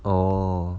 orh